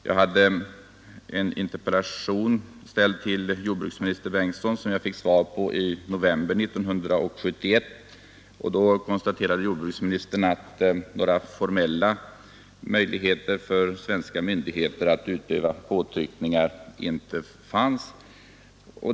Jag fick i november 1971 svar på en interpellation av jordbruksminister Bengtsson. Han konstaterade då att några formella möjligheter för svenska myndigheter att utöva påtryckningar inte fanns.